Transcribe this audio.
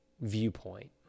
viewpoint